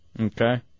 Okay